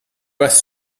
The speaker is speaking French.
pas